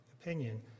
opinion